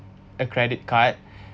a credit card